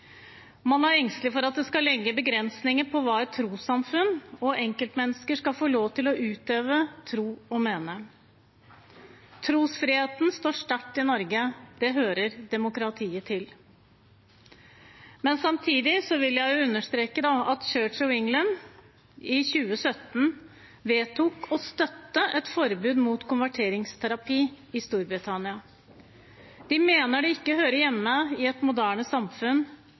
Man er engstelig for at det skal legge begrensninger på hva et trossamfunn og enkeltmennesker skal få lov til å utøve, tro og mene. Trosfriheten står sterkt i Norge, det hører demokratiet til. Samtidig vil jeg understreke at Church of England i 2017 vedtok å støtte et forbud mot konverteringsterapi i Storbritannia. De mener det ikke hører hjemme i et moderne samfunn